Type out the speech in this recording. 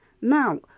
Now